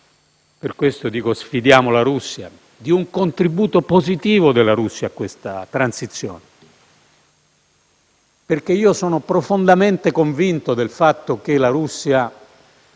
(per questo dico: sfidiamo la Russia) di un contributo positivo della Russia a questa transizione. Io sono profondamente convinto del fatto che la Russia